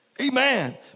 Amen